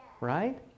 Right